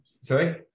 Sorry